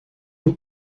loue